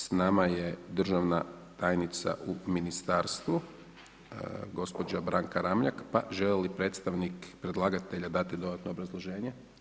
S nama je državna tajnica u ministarstvu, gospođa Branka Ramljak, pa želi li predstavnik predlagatelja dati dodatno obrazloženje?